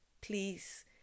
please